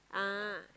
ah